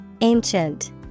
Ancient